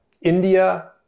India